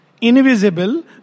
Invisible